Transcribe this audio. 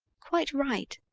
quite right,